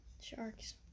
Sharks